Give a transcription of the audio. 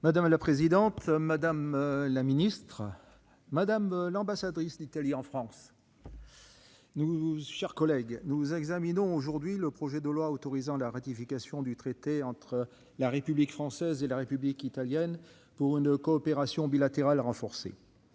Madame la présidente, madame la ministre, madame l'ambassadrice d'Italie en France. Nous, chers collègues. Nous examinons aujourd'hui le projet de loi autorisant la ratification du traité. La République française et la République italienne pour une coopération bilatérale renforcée,